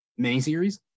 miniseries